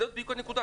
זאת בדיוק הנקודה.